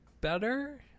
better